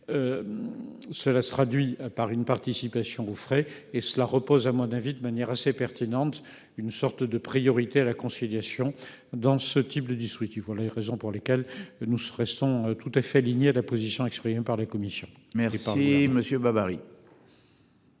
Cela se traduit par une participation aux frais et cela repose à mon avis de manière assez pertinente. Une sorte de priorité à la conciliation dans ce type de District. Il faut les raisons pour lesquelles nous serait sont tout à fait aligné la position exprimée par la Commission mais. Monsieur Barry.